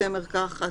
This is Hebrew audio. בתי מרקחת,